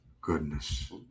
Goodness